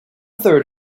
third